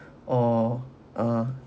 or uh